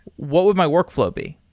what would my workflow be?